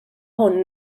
hwn